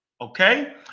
okay